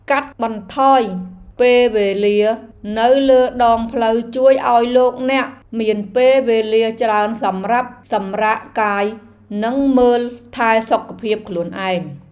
កាត់បន្ថយពេលវេលានៅលើដងផ្លូវជួយឱ្យលោកអ្នកមានពេលវេលាច្រើនសម្រាប់សម្រាកកាយនិងមើលថែសុខភាពខ្លួនឯង។